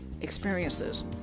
experiences